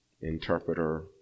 interpreter